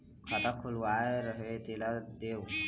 खाता खुलवाय रहे तेला देव?